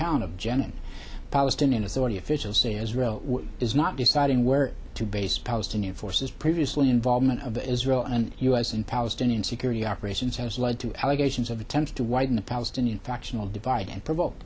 town of jenin palestinian authority officials say israel is not deciding where to base palestinian forces previously involvement of the israel and u s and palestinian security operations has led to allegations of attempts to widen the palestinian factional divide and provoke